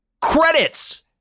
Credits